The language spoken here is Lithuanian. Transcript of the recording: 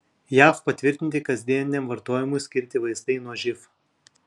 jav patvirtinti kasdieniniam vartojimui skirti vaistai nuo živ